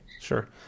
Sure